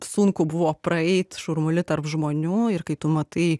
sunku buvo praeit šurmuly tarp žmonių ir kai tu matai